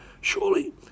surely